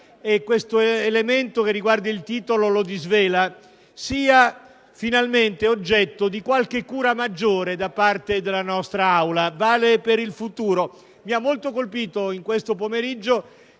- e l'elemento che riguarda il titolo lo disvela - sia finalmente oggetto di attenzione maggiore da parte della nostra Aula: questo valga per il futuro. Mi ha molto colpito in questo pomeriggio